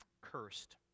cursed